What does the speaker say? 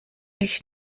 ich